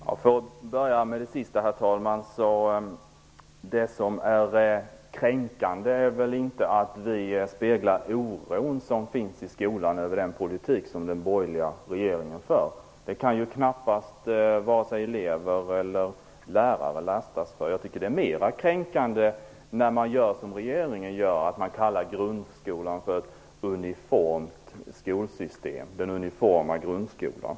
Herr talman! För att börja med det sista vill jag säga att det som är kränkande väl inte är att vi speglar den oro som finns i skolan över den politik som den borgerliga regeringen för. Det kan knappast vare sig elever eller lärare lastas för. Jag tycker att det är mera kränkande att, som regeringen gör, tala om ett uniformt skolsystem och om den uniforma grundskolan.